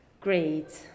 great